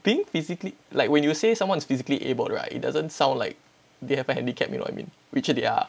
being physically like when you say someone is physically abled right it doesn't sound like they have a handicap you know I mean which they are